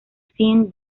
sean